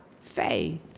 faith